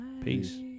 Peace